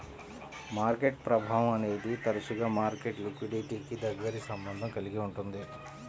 market ప్రభావం అనేది తరచుగా మార్కెట్ లిక్విడిటీకి దగ్గరి సంబంధం కలిగి ఉంటుంది